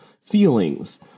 feelings